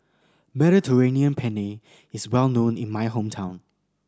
Mediterranean Penne is well known in my hometown